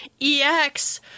EX